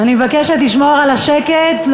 אני מבקשת לשמור על השקט.